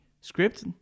script